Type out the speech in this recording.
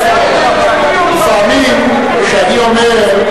לפעמים, כשאני אומר,